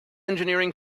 engineering